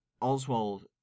Oswald